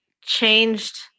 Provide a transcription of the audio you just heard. changed